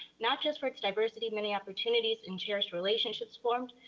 not just for its diversity, many opportunities and cherished relationships formed,